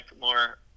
more